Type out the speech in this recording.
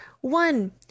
One